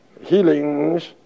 Healings